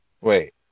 wait